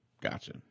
Gotcha